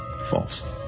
False